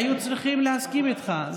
והיו צריכים להסכים איתך.